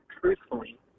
truthfully